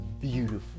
beautiful